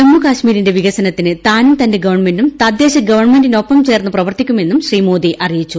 ജമ്മുകാശ്മീരിന്റെ വികസനത്തിന് താനും തന്റെ ഗവൺമെന്റും തദ്ദേശ ഗവൺമെന്റിനൊപ്പം ചേർന്ന് പ്രവർത്തിക്കുമെന്നും അദ്ദേഹം അറിയിച്ചു